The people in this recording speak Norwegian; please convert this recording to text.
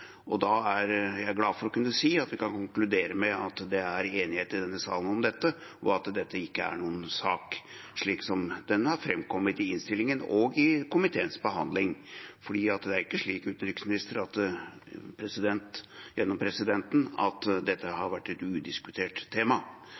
Da er jeg glad for å kunne si at vi kan konkludere med at det er enighet i denne salen om dette, og at dette ikke er noen sak, slik det har framkommet i innstillingen og i komiteens behandling, for det er ikke slik at